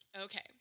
Okay